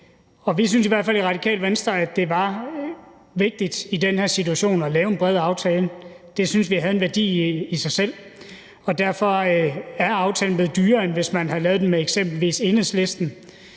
fald i Radikale Venstre, at det var vigtigt i den her situation at lave en bred aftale. Det syntes vi havde en værdi i sig selv. Derfor er aftalen blevet dyrere, end hvis man havde lavet den med eksempelvis Enhedslisten,